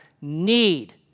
need